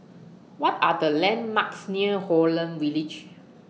What Are The landmarks near Holland Village